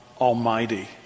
Almighty